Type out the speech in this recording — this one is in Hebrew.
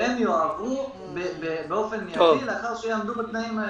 והם יועברו באופן מיידי לאחר שיעמדו בתנאים האלה.